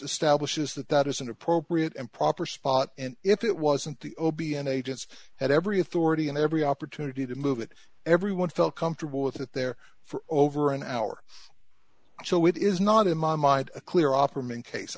to stablish is that that is an appropriate and proper spot and if it wasn't the obion agents had every authority and every opportunity to move it everyone felt comfortable with it there for over an hour so it is not in my mind a clear opperman case